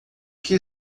que